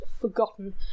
forgotten